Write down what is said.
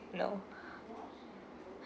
no